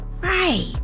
Right